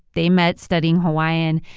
they met studying hawaiian,